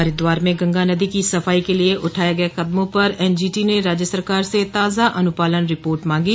हरिद्वार में गंगा नदी की सफाई के लिए उठाये गये कदमों पर एनजीटी ने राज्य सरकार से ताजा अनुपालन रिपोर्ट मांगी